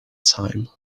time